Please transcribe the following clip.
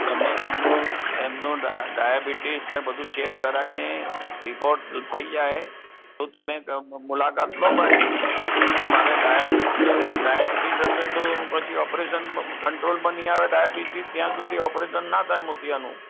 તમે એમનું એમનું ડાયા ડાયબીટીસને બધું ચેક કરાવીને રીપોર્ટ થઇ જાય તો તમે મુલાકાત લો મારી કેમ કે મારે ડાયબીટીસ ડાયબીટીસ હશે તો પછી ઓપરેશન કંટ્રોલમાં નહીં આવે ડાયબીટીસ ત્યાં સુધી ઓપરેશન ના થાય મોતિયાનું